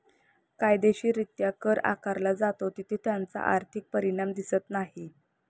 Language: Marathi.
कायदेशीररित्या कर आकारला जातो तिथे त्याचा आर्थिक परिणाम दिसत नाही